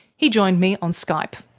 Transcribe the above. he joined me on skype.